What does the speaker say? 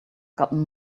gotten